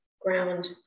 ground